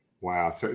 wow